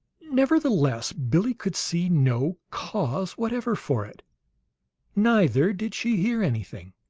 nevertheless, billie could see no cause whatever for it neither did she hear anything.